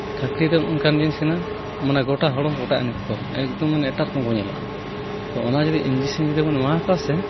ᱠᱷᱟᱠᱲᱤ ᱫᱚ ᱚᱱᱠᱟᱱ ᱡᱤᱱᱤᱥ ᱠᱟᱱᱟ ᱢᱟᱱᱮ ᱜᱚᱴᱟ ᱦᱚᱲᱢᱚ ᱯᱚᱴᱟᱜ ᱮᱱᱜᱮᱠᱚ ᱮᱠᱫᱚᱢ ᱢᱟᱱᱮ ᱮᱴᱟᱜ ᱨᱚᱠᱚᱢ ᱜᱮᱠᱚ ᱧᱮᱞᱚᱜᱼᱟ ᱛᱚ ᱚᱱᱟ ᱡᱩᱫᱤ ᱤᱧᱡᱮᱠᱥᱮᱱ ᱡᱩᱫᱤ ᱵᱚᱱ ᱮᱢᱟᱣᱟᱠᱚᱣᱟ ᱥᱮ